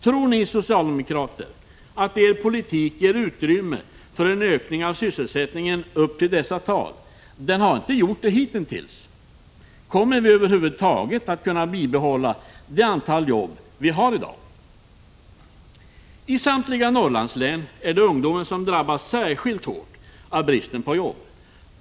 Tror ni socialdemokrater att er politik ger utrymme för en ökning av sysselsättningen upp till dessa tal? Den har inte gjort det hitintills. Kommer vi över huvud taget att kunna bibehålla det antal jobb vi i dag har? I samtliga Norrlandslän är det ungdomen som drabbas särskilt hårt av bristen på jobb.